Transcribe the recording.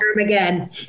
again